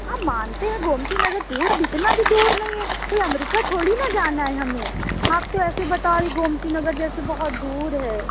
ہم مانتے ہیں گومتی نگر دور ہے اب اتنا بھی دور نہیں ہے کہ امریکہ تھوڑی نہ جانا ہے ہمیں آپ تو ایسے بتا رہے ہیں گومتی نگر جیسے بہت دور ہے